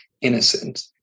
innocent